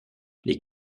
les